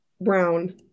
Brown